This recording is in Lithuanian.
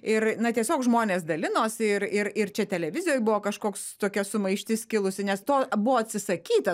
ir na tiesiog žmonės dalinosi ir ir ir čia televizijoj buvo kažkoks tokia sumaištis kilusi nes to buvo atsisakyta